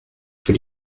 für